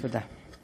תודה.